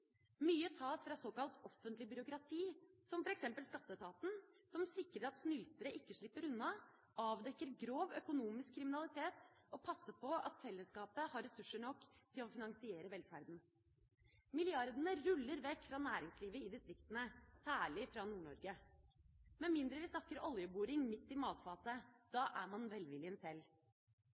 Mye tas fra såkalt offentlig byråkrati, som f.eks. Skatteetaten, som sikrer at snyltere ikke slipper unna, som avdekker grov økonomisk kriminalitet, og som passer på at fellesskapet har ressurser nok til å finansiere velferden. Milliardene ruller vekk fra næringslivet i distriktene, særlig fra Nord-Norge – med mindre vi snakker oljeboring midt i matfatet; da er man velviljen